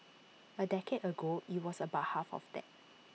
A decade ago IT was about half of that